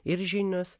ir žinios